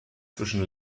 zwischen